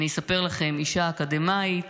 אני אספר לכם, אישה אקדמאית